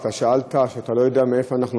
אתה אמרת שאתה לא יודע מאין אנחנו